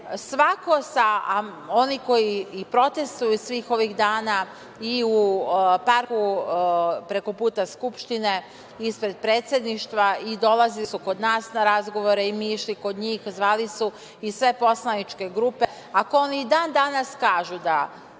svako, oni koji protestuju svih ovih dana i u parku preko puta Skupštine, ispred Predsedništva i dolazili su kod nas na razgovore i mi išli kod njih, zvali su i sve poslaničke grupe, ako oni i dan danas kažu, da